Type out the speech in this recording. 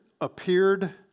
appeared